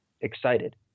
excited